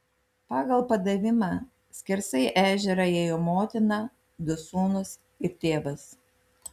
pagal padavimą skersai ežerą ėjo motina du sūnūs ir tėvas